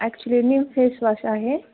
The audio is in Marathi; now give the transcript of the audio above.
ॲक्च्युली न्यू फेसवॉश आहे